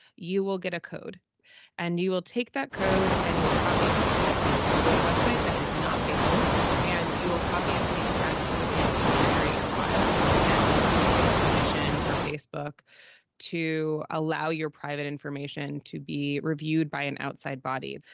you will get a code and you will take that code annual copy and paste it and you will go to a web site that is not facebook and you will copy and paste that code into generate your file and to give permission for facebook to allow your private information to be reviewed by an outside body.